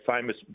famous